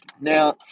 Now